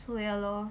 so ya lor